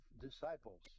disciples